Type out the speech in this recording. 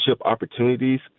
opportunities